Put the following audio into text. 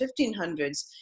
1500s